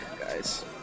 guys